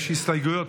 יש הסתייגויות.